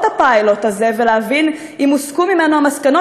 הפיילוט הזה ולהבין אם הוסקו ממנו המסקנות,